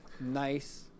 nice